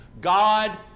God